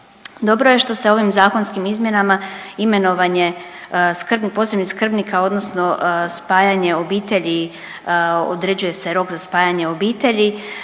Dobro je što se ovim zakonskim izmjenama imenovanje posebnih skrbnika, odnosno spajanje obitelji određuje se rok za spajanje obitelji